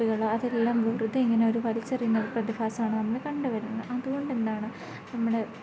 കുട്ടികൾ അതെല്ലാം വെറുതെയിങ്ങനെയൊരു വലിച്ചെറിയുന്നൊരു പ്രതിഭാസമാണ് നമ്മൾ കണ്ടുവരുന്നത് അതുകൊണ്ടെന്താണ് നമ്മുടെ